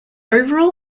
overall